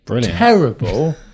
terrible